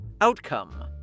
Outcome